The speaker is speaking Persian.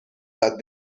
داد